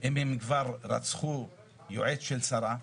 אם הם כבר רצחו יועץ של שרה,